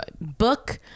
book